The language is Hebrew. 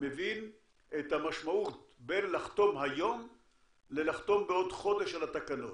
מבין את המשמעות בין לחתום היום ללחתום בעוד חודש על התקנות.